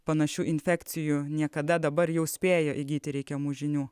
panašių infekcijų niekada dabar jau spėjo įgyti reikiamų žinių